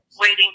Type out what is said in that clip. waiting